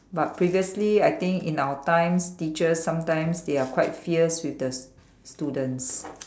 but previously I think in our times teachers sometimes they are quite fierce with the students